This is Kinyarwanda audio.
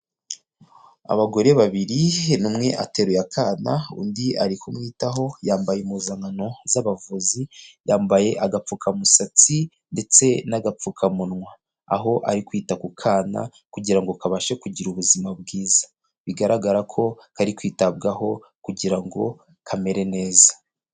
Abagore babiri, umwe ateruye akana undi ari kumwitaho yambaye impuzankano z'abavuzi, yambaye agapfukamusatsi ndetse n'agapfukamunwa, aho ari kwita ku kana kugira ngo kabashe kugira ubuzima bwiza bigaragara ko kari kwitabwaho kugira ngo kamere neza.